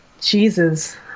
Jesus